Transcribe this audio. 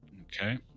Okay